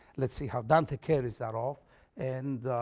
let's see how dante carries that off and